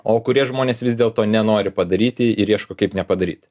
o kurie žmonės vis dėl to nenori padaryti ir ieško kaip nepadaryti